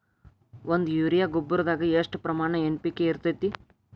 ಒಂದು ಯೂರಿಯಾ ಗೊಬ್ಬರದಾಗ್ ಎಷ್ಟ ಪ್ರಮಾಣ ಎನ್.ಪಿ.ಕೆ ಇರತೇತಿ?